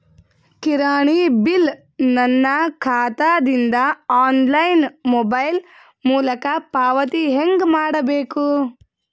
ಕಿರಾಣಿ ಬಿಲ್ ನನ್ನ ಖಾತಾ ದಿಂದ ಆನ್ಲೈನ್ ಮೊಬೈಲ್ ಮೊಲಕ ಪಾವತಿ ಹೆಂಗ್ ಮಾಡಬೇಕು?